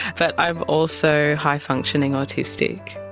but i am also high functioning autistic.